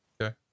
Okay